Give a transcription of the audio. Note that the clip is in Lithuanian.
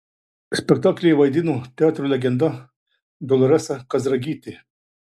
spektaklyje vaidino teatro legenda doloresa kazragytė